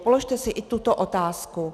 Položte si i tuto otázku.